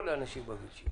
קשיים